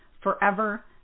forever